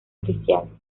oficial